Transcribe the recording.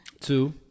Two